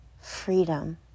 freedom